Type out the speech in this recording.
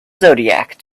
zodiac